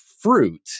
fruit